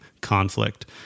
conflict